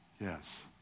Yes